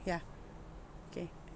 ya okay